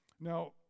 Now